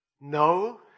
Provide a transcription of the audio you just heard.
no